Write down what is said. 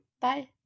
Bye